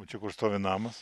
o čia kur stovi namas